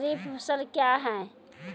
खरीफ फसल क्या हैं?